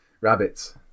Rabbits